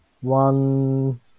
One